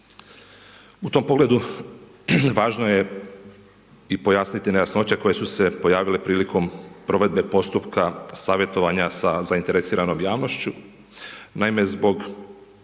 U tom pogledu važno je i pojasniti nejasnoće koje su se pojavile prilikom provedbe postupaka savjetovanja sa zainteresiranom javnošću. Naime, zbog